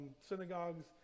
synagogues